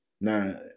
Now